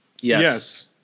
Yes